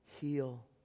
Heal